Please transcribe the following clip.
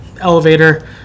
Elevator